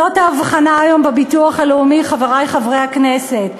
זאת ההבחנה היום בביטוח הלאומי, חברי חברי הכנסת.